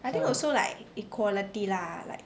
I think also like equality lah like